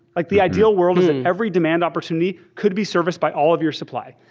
like the ideal world is that every demand opportunity could be serviced by all of your supply.